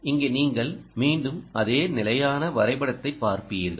இங்கே நீங்கள் மீண்டும் அதே நிலையான வரைபடத்தை பார்ப்பீர்கள்